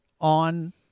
on